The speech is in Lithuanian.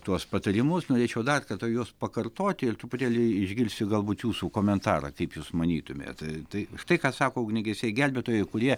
tuos patarimus norėčiau dar kartą juos pakartoti ir truputėlį išgirsi galbūt jūsų komentarą kaip jūs manytumėt tai štai ką sako ugniagesiai gelbėtojai kurie